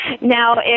Now